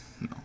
No